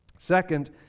Second